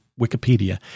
Wikipedia